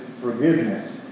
forgiveness